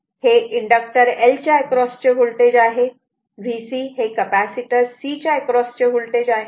vL हे inductor L च्या across चे होल्टेज आहे vC कपॅसिटर C च्या एक्रॉस चे होल्टेज आहे